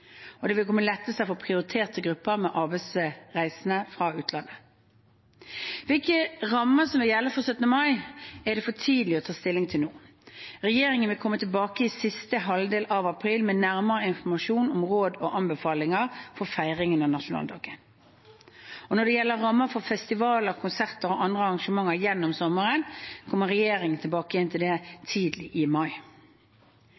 Det vil komme lettelser for prioriterte grupper med arbeidsreisende fra utlandet. Hvilke rammer som vil gjelde for 17. mai, er det for tidlig å ta stilling til nå. Regjeringen vil komme tilbake i siste halvdel av april med nærmere informasjon om råd og anbefalinger for feiringen av nasjonaldagen. Når det gjelder rammer for festivaler, konserter og andre arrangementer gjennom sommeren, kommer regjeringen tilbake til dette tidlig i mai. I trinn 3 vil det